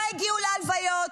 לא הגיעו להלוויות,